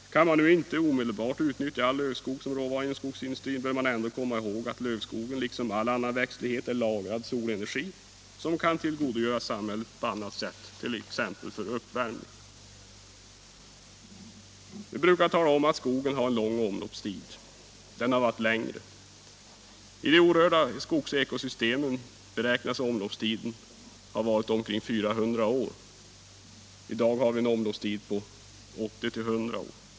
Kan man nu inte omedelbart utnyttja all lövskog som råvara inom skogsindustrin bör man ändå komma ihåg att lövskogen liksom all annan växtlighet är lagrad solenergi som kan tillgodogöras samhället på annat sätt, t.ex. för uppvärmning. Skogen har lång omloppstid, ca 100 år. Omloppstiden har varit längre. I de orörda skogsekosystemen beräknas den ha varit omkring 400 år. I dag har vi en omloppstid på 80-100 år.